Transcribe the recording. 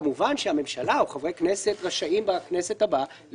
כמובן שהממשלה או חברי כנסת רשאים לבקש בכנסת הבאה